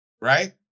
right